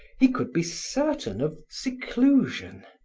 he could be certain of seclusion.